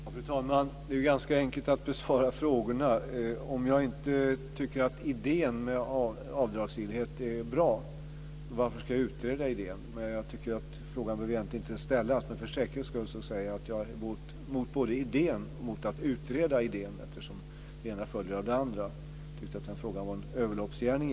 Fru talman! Det är ganska enkelt att besvara frågorna. Om jag inte tycker att idén med avdragsmöjlighet är bra, varför ska jag utreda idén? Jag tycker att frågan egentligen inte behöver ställas, men för säkerhets skull säger jag att jag är emot både idén och att utreda idén. Det ena följer av det andra. Den frågan var egentligen en överloppsgärning.